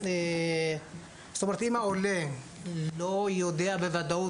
אם העולה לא יודע בוודאות,